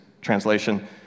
translation